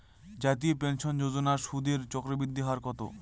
জাতীয় পেনশন যোজনার সুদের চক্রবৃদ্ধি হার কত?